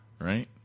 right